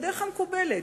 בדרך המקובלת.